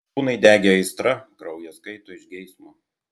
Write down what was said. kūnai degė aistra kraujas kaito iš geismo